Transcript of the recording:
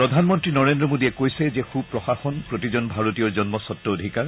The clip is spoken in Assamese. প্ৰধানমন্ত্ৰী নৰেন্দ্ৰ মোদীয়ে কৈছে যে সুপ্ৰশাসন প্ৰতিজন ভাৰতীয় জন্মস্বত্ত অধিকাৰ